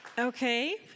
Okay